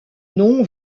nom